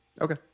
Okay